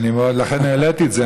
לכן העליתי את זה.